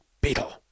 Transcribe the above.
beetle